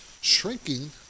shrinking